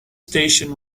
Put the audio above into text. station